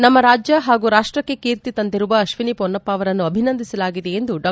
ನಮ್ಮ ರಾಜ್ಞ ಹಾಗೂ ರಾಷ್ಟಕ್ಕೆ ಕೀರ್ತಿ ತಂದಿರುವ ಅತ್ವಿನಿ ತೊನ್ನಪ್ಪ ಅವರನ್ನು ಅಭಿನಂದಿಸಲಾಗಿದೆ ಎಂದು ಡಾ